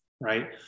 right